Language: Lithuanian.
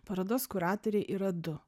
parodos kuratoriai yra du